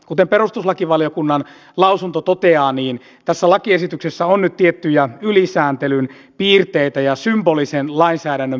kuten perustuslakivaliokunnan lausunto toteaa niin tässä lakiesityksessä on nyt tiettyjä ylisääntelyn piirteitä ja symbolisen lainsäädännön piirteitä